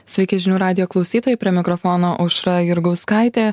sveiki žinių radijo klausytojai prie mikrofono aušra jurgauskaitė